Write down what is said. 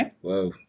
Whoa